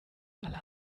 alle